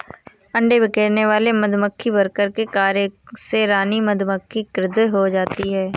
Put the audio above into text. अंडे बिखेरने वाले मधुमक्खी वर्कर के कार्य से रानी मधुमक्खी क्रुद्ध हो जाती है